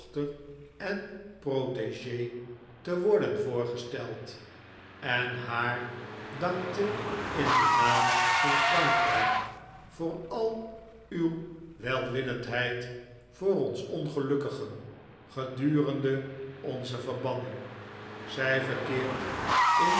en protegee te worden voorgesteld en haar dankte in den naam van frankrijk voor al uw welwillendheid voor ons ongelukkigen gedurende onze verbanning zij verkeert in